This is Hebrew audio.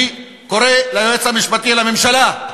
אני קורא ליועץ המשפטי לממשלה,